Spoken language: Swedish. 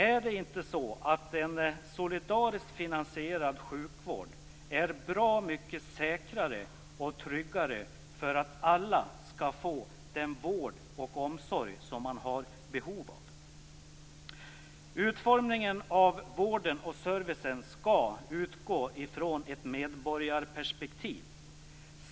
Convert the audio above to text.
Är inte en solidariskt finansierad sjukvård bra mycket säkrare och tryggare när det gäller att alla skall få den vård och omsorg som man har behov av? Utformningen av vården och servicen skall utgå från ett medborgarperspektiv.